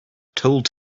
told